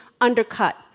undercut